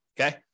okay